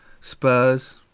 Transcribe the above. Spurs